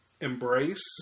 embrace